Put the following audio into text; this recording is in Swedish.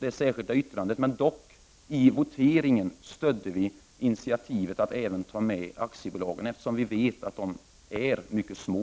det särskilda yttrandet. I voteringen stödde vi dock initiativet att även ta med aktiebolagen, eftersom vi vet att de är små.